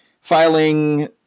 filing